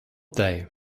they